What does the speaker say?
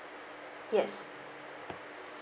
yes